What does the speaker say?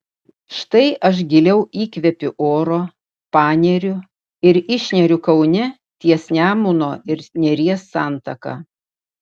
štai aš giliau įkvepiu oro paneriu ir išneriu kaune ties nemuno ir neries santaka